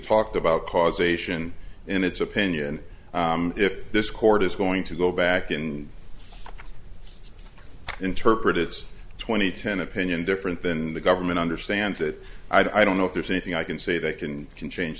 talked about causation in its opinion if this court is going to go back and interpret its twenty ten opinion different than the government understands that i don't know if there's anything i can say that can can change